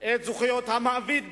זכויות המעביד בלבד.